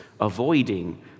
avoiding